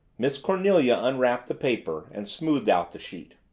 miss cornelia unwrapped the paper and smoothed out the sheet.